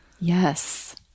yes